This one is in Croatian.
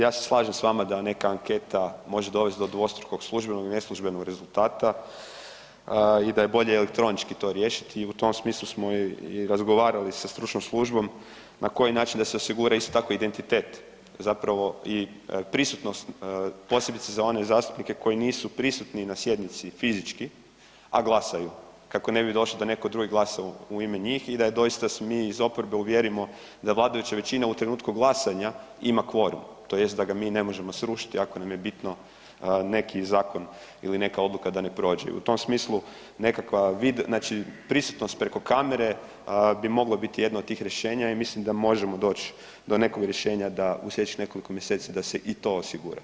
Ja se slažem s vama da neka anketa može dovest do dvostrukog službenog i neslužbenog rezultata i da je bolje elektronički to riješiti i u tom smislu smo i razgovarali sa stručnom službom na koji način da se osigura isto tako identitet zapravo i prisutnost posebice za one zastupnike koji nisu prisutni na sjednici fizički a glasaju, kako ne bi došlo da neko drugi glasa u ime njih i da doista se mi iz oporbe uvjerimo da vladajuća većina u trenutku glasanja ima kvoruma, tj. da ga mi ne možemo srušiti ako nam je bitno neki zakon ili neka odluka da ne prođe i u tom smislu nekakva vid, znači prisutnost preko kamere bi mogla biti jedna od tih rješenja i mislim da možemo doć do nekog rješenja da u slijedećih nekoliko mjeseci da se i to osigura.